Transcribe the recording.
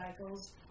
cycles